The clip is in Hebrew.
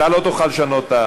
אתה לא תוכל לשנות.